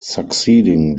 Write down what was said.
succeeding